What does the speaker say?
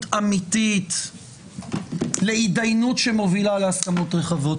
אמיתית להתדיינות שמובילה להסכמות רחבות.